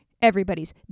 Everybody's